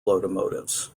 locomotives